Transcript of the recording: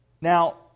Now